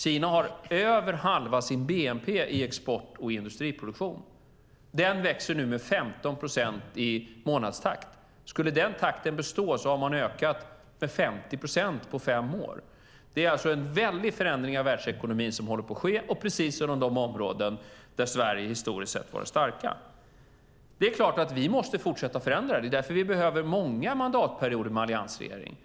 Kina har över halva sin bnp i export och i industriproduktion. Den växer nu med 15 procent i månadstakt. Skulle den takten bestå har man ökat med 50 procent på fem år. Det är alltså en väldig förändring av världsekonomin som håller på att ske och precis inom de områden där Sverige historiskt sett har varit starkt. Det är klart att vi måste fortsätta att förändra. Det är därför vi behöver många mandatperioder med alliansregering.